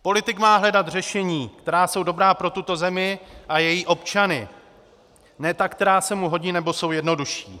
Politik má hledat řešení, která jsou dobrá pro tuto zemi a její občany, ne ta, která se mu hodí nebo jsou jednodušší.